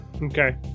Okay